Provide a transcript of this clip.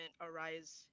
arise